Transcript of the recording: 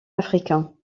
africain